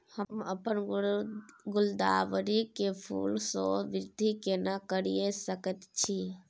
हम अपन गुलदाबरी के फूल सो वृद्धि केना करिये सकेत छी?